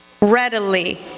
readily